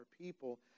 people